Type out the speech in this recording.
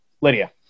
Lydia